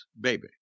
baby